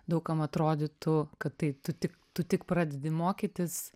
daug kam atrodytų kad tai tu tik tu tik pradedi mokytis